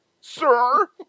sir